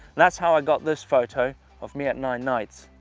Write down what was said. that's how i got this photo of me at nine nights,